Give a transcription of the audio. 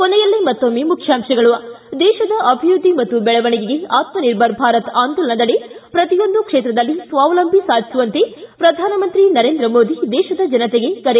ಕೊನೆಯಲ್ಲಿ ಮತ್ತೊಮ್ಮೆ ಮುಖ್ಯಾಂಶಗಳು ಿ ದೇಶದ ಅಭಿವೃದ್ಧಿ ಮತ್ತು ದೆಳವಣಿಗೆಗೆ ಆತ್ಮಿರ್ಭರ್ ಭಾರತ್ ಆಂದೋಲನದಡಿ ಪ್ರತಿಯೊಂದು ಕ್ಷೇತ್ರದಲ್ಲಿ ಸ್ವಾವಲಂಬಿ ಸಾಧಿಸುವಂತೆ ಪ್ರಧಾನಮಂತ್ರಿ ನರೇಂದ್ರ ಮೋದಿ ದೇಶದ ಜನತೆಗೆ ಕರೆ